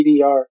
DDR